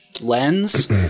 lens